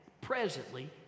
presently